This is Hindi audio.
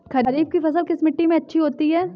खरीफ की फसल किस मिट्टी में अच्छी होती है?